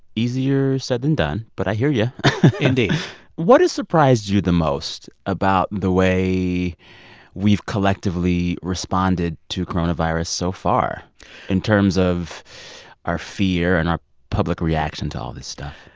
easier said than done, but i hear you indeed what has surprised you the most about the way we've collectively responded to coronavirus so far in terms of our fear and our public reaction to all this stuff?